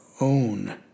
own